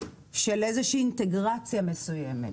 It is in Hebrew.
של איזו שהיא אינטגרציה מסוימת.